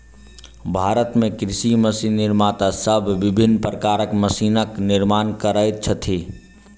भारत मे कृषि मशीन निर्माता सब विभिन्न प्रकारक मशीनक निर्माण करैत छथि